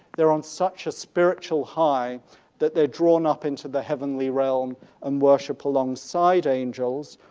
they're on such a spiritual high that they're drawn up into the heavenly realm and worship alongside angels,